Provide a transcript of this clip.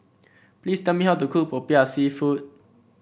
please tell me how to cook popiah seafood